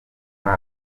muri